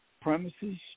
premises